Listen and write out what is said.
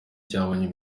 cyabonye